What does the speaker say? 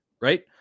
right